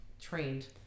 trained